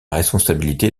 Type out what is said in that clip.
responsabilité